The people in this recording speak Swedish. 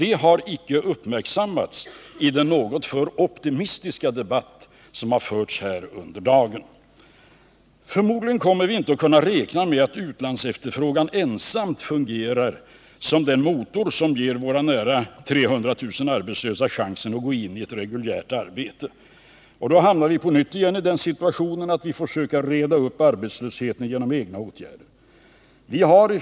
Detta har inte uppmärksammats i den något för optimistiska debatt som har förts här under dagen. Förmodligen kommer vi inte att kunna räkna med att utlandsefterfrågan ensam fungerar som den motor som ger våra nära 300 000 arbetslösa chansen att gå in i ett reguljärt arbete. Och då hamnar vi på nytt i den situationen att vi får försöka reda upp arbetslösheten genom egna åtgärder.